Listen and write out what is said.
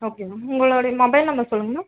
okay ma'am உங்களோட mobile number சொல்லுங்க ma'am